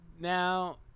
now